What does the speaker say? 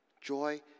Joy